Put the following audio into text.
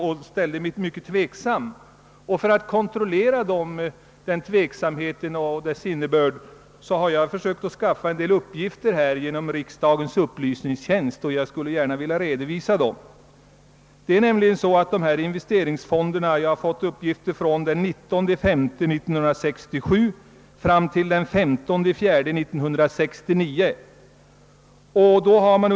Jag ställde mig mycket tvek sam härtill och för kontrollens skull har jag skaffat vissa uppgifter genom riksdagens upplysningstjänst, vilka avser tiden 19 maj 1967—15 april 1969 och som jag gärna vill redovisa.